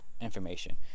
information